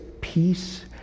peace